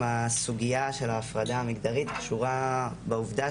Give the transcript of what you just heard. הסוגיה של ההפרדה המגדרית קשור בעובדה